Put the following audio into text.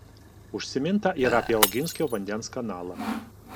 užsiminta ir apie oginskio vandens kanalą